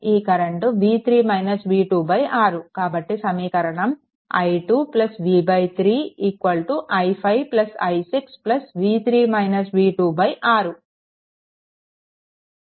ఈ కరెంట్ 6 కాబట్టి సమీకరణం i 2 v 3 i5 i6 6